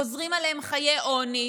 גוזרים עליהם חיי עוני,